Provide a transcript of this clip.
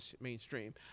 mainstream